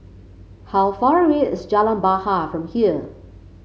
how far away is Jalan Bahar from here